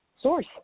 source